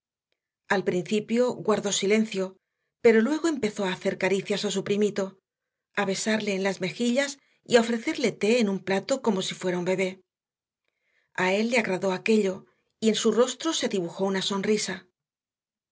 al principio guardó silencio pero luego empezó a hacer caricias a su primito a besarle en las mejillas y a ofrecerle té en un plato como si fuera un bebé a él le agradó aquello y en su rostro se dibujó una sonrisa